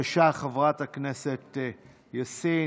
בבקשה, חברת הכנסת יאסין.